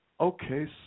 Okay